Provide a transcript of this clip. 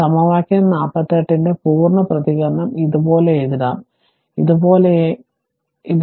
അതിനാൽ സമവാക്യം 48 ന്റെ പൂർണ്ണ പ്രതികരണം ഇതുപോലെ എഴുതാം ഇത് ഇതുപോലെയായി എഴുതാം